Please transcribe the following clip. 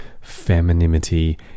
femininity